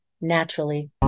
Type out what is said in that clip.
naturally